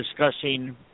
discussing